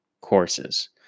courses